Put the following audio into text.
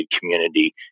community